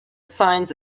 signs